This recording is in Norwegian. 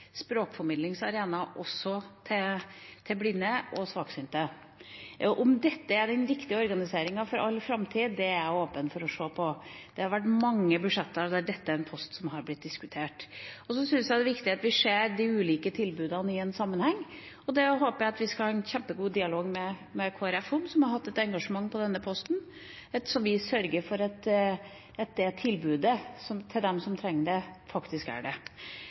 språkformidlingsarenaer også for blinde og svaksynte. Om dette er den riktige organiseringen for all framtid, er jeg åpen for å se på. Det har vært mange budsjetter der dette har vært en post som har blitt diskutert. Så syns jeg det er viktig at vi ser de ulike tilbudene i en sammenheng, og det håper jeg vi skal ha en kjempegod dialog med Kristelig Folkeparti om, som har hatt et engasjement for denne posten – at vi sørger for at tilbudet til dem som trenger det, faktisk er der. Da syns jeg kanskje det